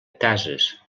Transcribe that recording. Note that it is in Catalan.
cases